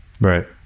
Right